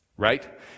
Right